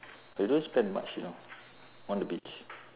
they don't spend much you know on the beach